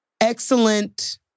excellent